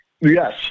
Yes